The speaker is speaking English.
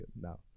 now